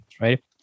right